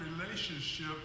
relationship